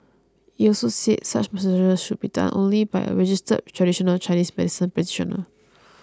it also said such massages should be done only by a registered traditional Chinese medicine practitioner